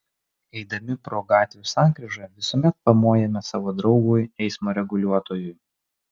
eidami pro gatvių sankryžą visuomet pamojame savo draugui eismo reguliuotojui